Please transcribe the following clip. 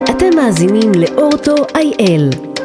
אתם מאזינים לאורטו איי-אל